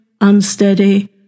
unsteady